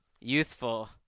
youthful